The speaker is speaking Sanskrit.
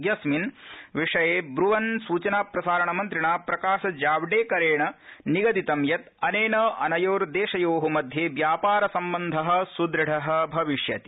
यस्मिन् विषये ब्र्वन् सूचनाप्रसारणमन्त्रिणा प्रकाश जावडेकरेण निगदितं यत् अनेन अनयोदेशयो मध्ये व्यापार सम्बन्ध सुदृढ भविष्यति